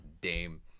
Dame